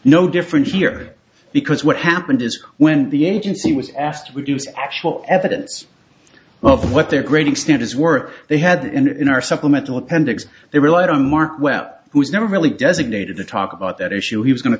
no different here because what happened is when the agency was asked would use actual evidence of what their great extent is were they had and in our supplemental appendix they relied on mark well who's never really doesn't need to talk about that issue he was going to